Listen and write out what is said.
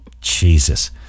Jesus